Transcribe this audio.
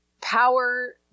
power